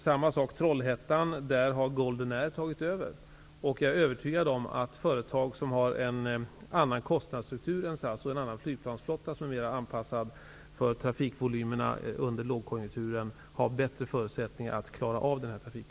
Samma sak gäller Trollhättan, där Golden Air har tagit över. Jag är övertygad om att företag med en annan kostnadsstruktur och en annan flygplansflotta, som är mera anpassad för trafikvolymerna under lågkonjunkturen, har bättre förutsättningar att klara denna trafik.